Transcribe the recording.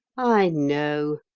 i know,